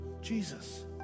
Jesus